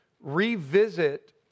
revisit